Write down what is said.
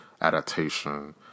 adaptation